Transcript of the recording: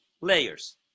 layers